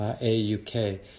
A-U-K